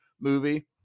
movie